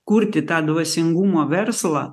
kurti tą dvasingumo verslą